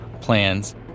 plans